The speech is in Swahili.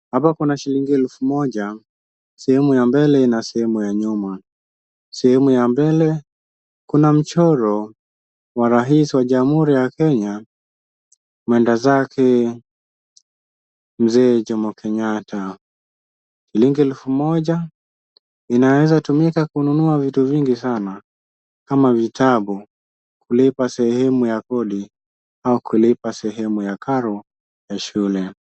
Hapa kuna shilingi elfu moja, sehemu ya mbele na sehemu ya nyuma. Sehemu ya mbele kuna mchoro wa rais wa Jamhuri ya Kenya, mwendazake Mzee Jomo Kenyatta. Shilingi elfu moja inaweza tumika kununua vitu vingi sana kama vitabu, kulipa sehemu ya kodi, au kulipa sehemu ya karo ya shule.